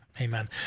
Amen